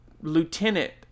lieutenant